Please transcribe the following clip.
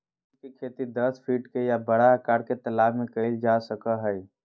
सीप के खेती दस फीट के या बड़ा आकार के तालाब में कइल जा सको हइ